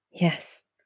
Yes